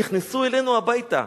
נכנסו אלינו הביתה,